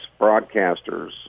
broadcasters